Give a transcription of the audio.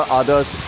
others